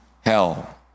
hell